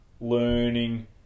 learning